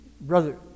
Brother